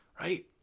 right